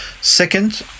Second